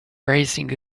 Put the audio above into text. raising